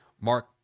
Mark